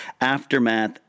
Aftermath